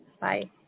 Bye